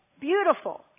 Beautiful